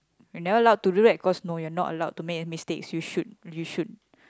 you're not allowed to do that cause you are not allowed to make a mistakes you should you should